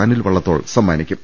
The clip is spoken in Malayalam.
അനിൽ വള്ള ത്തോൾ സമ്മാനിക്കും